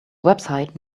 website